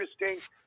interesting